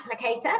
applicator